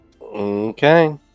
Okay